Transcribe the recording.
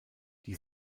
die